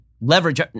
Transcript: leverage